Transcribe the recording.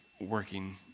working